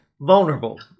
Vulnerable